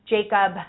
Jacob